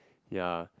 ya